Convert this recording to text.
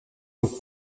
donc